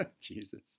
Jesus